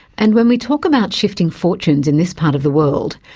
and when we talk about shifting fortunes in this part of the world,